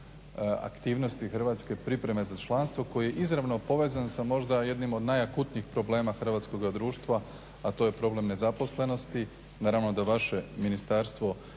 aktivnosti hrvatske pripreme za članstvo koji je izravno povezan sa možda jednim od najakutnijih problema hrvatskoga društva, a to je problem nezaposlenosti. Naravno da vaše ministarstvo